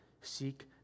seek